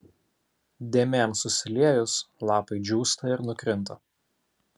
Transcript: dėmėms susiliejus lapai džiūsta ir nukrinta